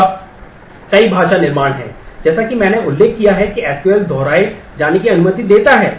अब कई भाषा निर्माण हैं जैसा कि मैंने उल्लेख किया कि एसक्यूएल दोहराए जाने की अनुमति देता है